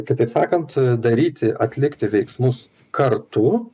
kitaip sakant daryti atlikti veiksmus kartu